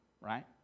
right